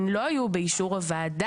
הן לא היו באשור הוועדה,